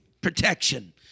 protection